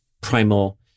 primal